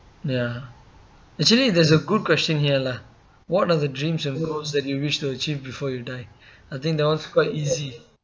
ya actually there's a good question here lah what are the dreams of goals that you wish to achieve before you die I think that [one] is quite easy